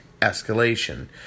escalation